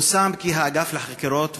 פורסם כי באגף לחקירות ולמודיעין,